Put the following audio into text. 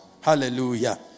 Hallelujah